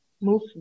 move